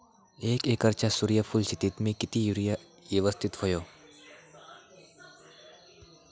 एक एकरच्या सूर्यफुल शेतीत मी किती युरिया यवस्तित व्हयो?